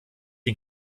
den